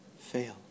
Fail